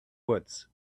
woods